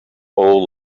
all